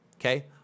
okay